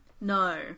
no